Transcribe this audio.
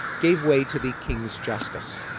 gave way to the king's justice.